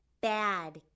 Bad